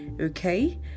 okay